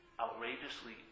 outrageously